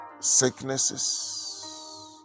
sicknesses